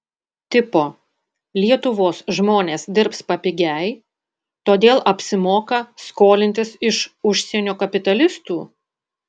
tipo lietuvos žmonės dirbs papigiai todėl apsimoka skolintis iš užsienio kapitalistų